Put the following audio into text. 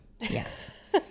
Yes